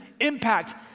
impact